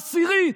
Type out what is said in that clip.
עשירית?